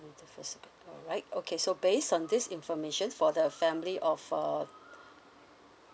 the first alright okay so based on this information for the family of uh